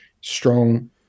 strong